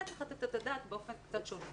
לכן צריך לתת את הדעת באופן קצת שונה.